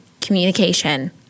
communication